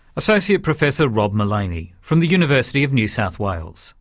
associate professor rob malaney from the university of new south wales